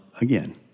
again